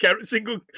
single